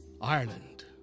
Ireland